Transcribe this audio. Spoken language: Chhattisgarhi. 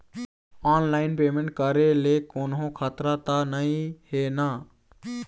ऑनलाइन पेमेंट करे ले कोन्हो खतरा त नई हे न?